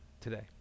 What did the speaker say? today